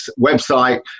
website